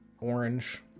orange